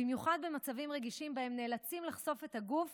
במיוחד במצבים רגישים שבהם נאלצים לחשוף את הגוף